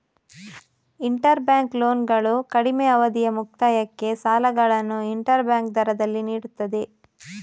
inter bank ಲೋನ್ಗಳು ಕಡಿಮೆ ಅವಧಿಯ ಮುಕ್ತಾಯಕ್ಕೆ ಸಾಲಗಳನ್ನು ಇಂಟರ್ ಬ್ಯಾಂಕ್ ದರದಲ್ಲಿ ನೀಡುತ್ತದೆ